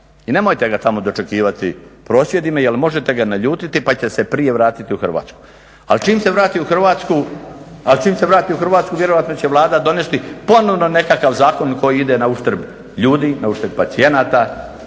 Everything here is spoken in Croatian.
I nemojte ga tamo dočekivati prosvjedima jer možete ga naljutiti pa će se prije vratiti u Hrvatsku. Ali čim se vrati u Hrvatsku vjerovatno će Vlada donesti ponovno nekakav zakon koji ide na uštrb ljudi, na uštrb pacijenata,